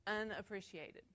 unappreciated